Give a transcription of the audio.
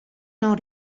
non